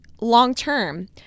long-term